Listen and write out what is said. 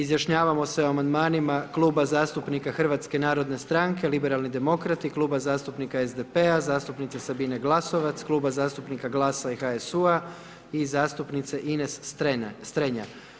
Izjašnjavamo se o Amandmanima kluba zastupnika HNS-a, Liberalni demokrati, kluba zastupnika SPD-a, zastupnice Sabine Glasovac, kluba zastupnika GLAS-a i HSU-a i zastupnice Ines Strenja.